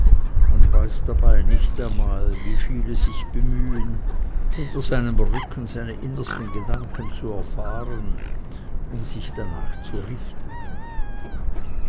und weiß dabei nicht einmal wie viele sich bemühen hinter seinem rücken seine innersten gedanken zu erfahren um sich danach zu richten